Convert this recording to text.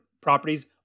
Properties